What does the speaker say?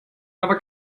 aber